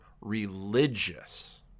religious